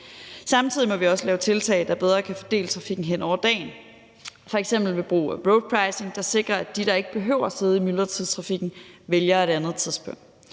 Samtidig må vi også lave tiltag, der bedre kan fordele trafikken hen over dagen, f.eks. ved brug af roadpricing, der sikrer, at de, der ikke behøver sidde i myldretidstrafikken, vælger et andet tidspunkt.